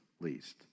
least